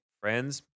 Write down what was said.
friends